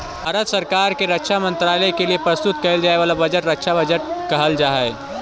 भारत सरकार के रक्षा मंत्रालय के लिए प्रस्तुत कईल जाए वाला बजट रक्षा बजट कहल जा हई